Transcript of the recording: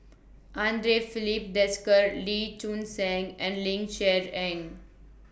Andre Filipe Desker Lee Choon Seng and Ling Cher Eng